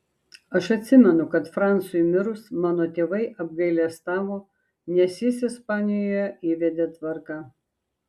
aš atsimenu kad francui mirus mano tėvai apgailestavo nes jis ispanijoje įvedė tvarką